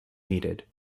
needed